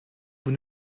vous